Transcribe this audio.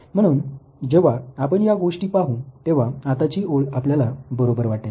म्हणून जेव्हा आपण या गोष्टी पाहू तेव्हा आताची ओळ आपल्याला बरोबर वाटेल